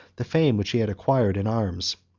the fame which he had acquired in arms.